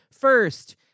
First